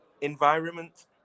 environment